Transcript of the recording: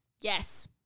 Yes